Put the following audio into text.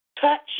Touch